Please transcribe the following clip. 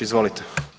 Izvolite.